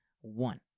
one